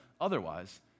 otherwise